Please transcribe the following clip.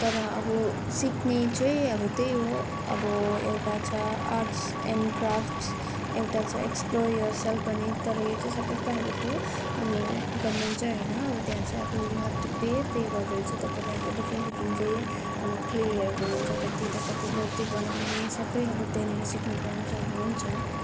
तर अब सिक्ने चाहिँ अब त्यही हो अब एउटा छ आर्ट्स एन्ड क्राफ्ट एउटा छ एक्प्लोर योरसेल्फ भन्ने तर यो चाहिँ सबै प्राइभेट हो अब गभर्मेन्ट चाहिँ होइन अब त्यहाँ चाहिँ अब you have to pay pay गरेर चाहिँ तपाईँले अब डिफ्रेन्ट डिफ्रेन्ट चाहिँ अब क्लेहरूको हुन्छ कति त कति मूर्ति बनाउने सबै अब त्यहाँनिर सिक्नु पाउनु सक्नुहुन्छ